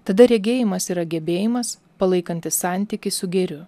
tada regėjimas yra gebėjimas palaikantis santykį su gėriu